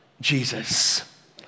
Jesus